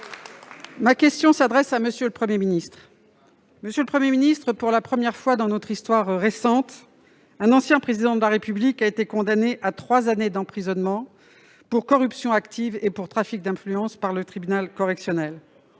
Ma question s'adresse à M. le Premier ministre. Monsieur le Premier ministre, pour la première fois dans notre histoire récente, un ancien Président de la République a été condamné à trois années d'emprisonnement pour « corruption active » et « trafic d'influence » par le tribunal correctionnel.